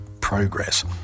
progress